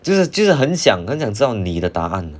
就是就是很想很想知道你的答案 uh